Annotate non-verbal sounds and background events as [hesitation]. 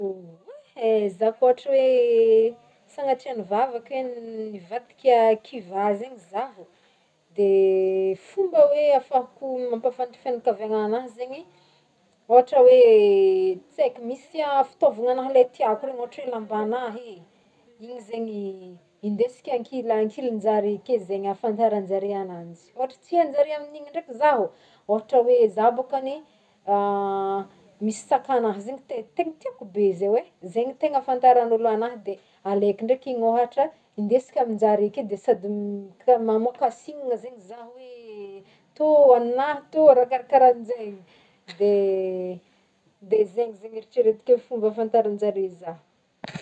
Oh hoy, he za koa ohatra hoe sagnatria ny vava ke nivadika kivà zegny zaho de [hesitation] fomba hoe ahafahako mampafantatry fianankiavagna agnahy zegny, ohatra hoe, tsy aiko misy [hesitation] fitaovagna agnahy le tiàko regny, ohatra hoe lambagn'ahy e, igny zegny hindesiko ankila- ankilinjare ake zegny ahantaranjare anzare agnanjy, ohatra tsy hainjare amin'igny ndraiky zaho, ohatra hoe za bôkany [hesitation] misy sac'gnahy zegny te- tegny tiako be ze hoe zegny tegny ahafantaran'olo agnahy de aleko ndraiky igny ohatra hindesiko aminjare ake de sady m [hesitation] m k-mamoaka signe zegny za hoe [hesitation] tô agna tô raha karaha karah zegny, de [hesitation] de zegny zegny eritreretiko hoe fomba afahafantaranjare za.